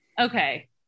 Okay